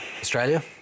Australia